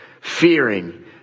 fearing